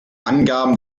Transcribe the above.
angaben